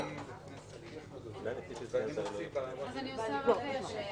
בחוק הנורבגי.